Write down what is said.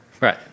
right